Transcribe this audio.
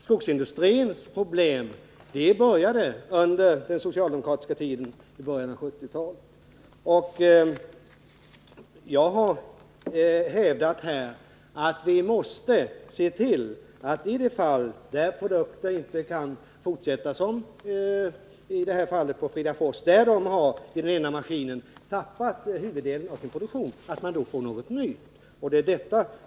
Skogsindustrins problem började under den socialdemokratiska tiden i början av 1970-talet. Jag har hävdat här att i de fall när produktionen inte kan fortsätta — som t.ex. när det gäller Fridafors och den ena av fabrikens maskiner, där man tappat huvuddelen av sin produktion — så måste man se till att någonting nytt skapas.